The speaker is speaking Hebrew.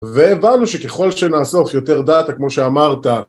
והבנו שככל שנעסוק יותר דאטה כמו שאמרת